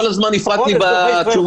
שכל הזמן הפרעת לי בתשובות.